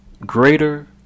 greater